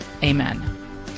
Amen